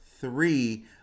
three